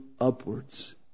upwards